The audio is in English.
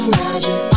magic